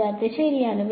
വിദ്യാർത്ഥി ശരിയാണ്